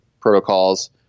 protocols